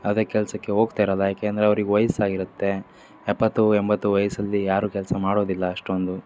ಯಾವುದೇ ಕೆಲಸಕ್ಕೆ ಹೋಗ್ತ ಇರೋಲ್ಲ ಯಾಕೆ ಅಂದರೆ ಅವ್ರಿಗೆ ವಯ್ಸಾಗಿರುತ್ತೆ ಎಪ್ಪತ್ತು ಎಂಬತ್ತು ವಯಸ್ಸಲ್ಲಿ ಯಾರೂ ಕೆಲಸ ಮಾಡೋದಿಲ್ಲ ಅಷ್ಟೊಂದು